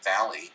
Valley